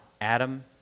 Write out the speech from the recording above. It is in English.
Adam